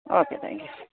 okay thank you